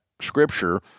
scripture